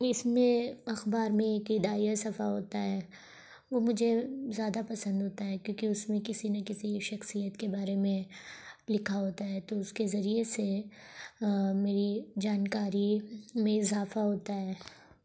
اس میں اخبار میں ایک اداریہ صفحہ ہوتا ہے وہ مجھے زیادہ پسند ہوتا ہے کیونکہ اس میں کسی نہ کسی شخصیت کے بارے میں لکھا ہوتا ہے تو اس کے ذریعے سے میری جانکاری میں اضافہ ہوتا ہے